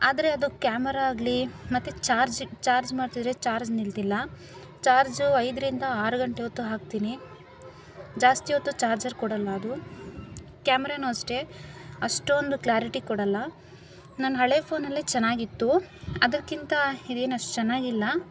ಆದರೆ ಅದು ಕ್ಯಾಮರಾ ಆಗಲಿ ಮತ್ತೆ ಚಾರ್ಜ್ ಚಾರ್ಜ್ ಮಾಡಿದ್ರೆ ಚಾರ್ಜ್ ನಿಲ್ತಿಲ್ಲ ಚಾರ್ಜು ಐದರಿಂದ ಆರು ಗಂಟೆ ಹೊತ್ತು ಹಾಕ್ತೀನಿ ಜಾಸ್ತಿ ಹೊತ್ತು ಚಾರ್ಜರ್ ಕೊಡಲ್ಲ ಅದು ಕ್ಯಾಮ್ರನು ಅಷ್ಟೇ ಅಷ್ಟೊಂದು ಕ್ಲಾರಿಟಿ ಕೊಡಲ್ಲ ನನ್ನ ಹಳೆಯ ಫೋನಲ್ಲೆ ಚೆನ್ನಾಗಿತ್ತು ಅದಕ್ಕಿಂತ ಇದೇನು ಅಷ್ಟು ಚೆನ್ನಾಗಿಲ್ಲ